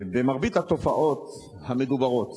במרבית התופעות המדוברות